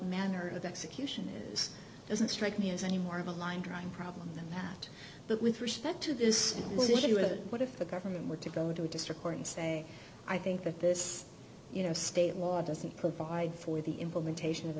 manner of execution is doesn't strike me as any more of a line drawn problem than that but with respect to this issue of what if the government were to go to a district court and say i think that this you know state law doesn't provide for the implementation of